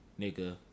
Nigga